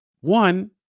one